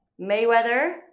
Mayweather